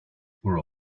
were